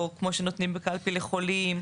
או כמו שנותנים בקלפי לחולים,